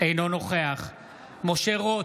אינו נוכח משה רוט,